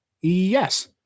Yes